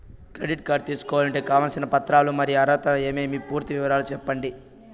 Credit card తీసుకోవాలంటే కావాల్సిన పత్రాలు మరియు అర్హతలు ఏమేమి పూర్తి వివరాలు సెప్పండి?